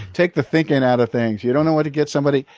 take the thinking out of things. you don't know what to get somebody?